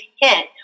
hit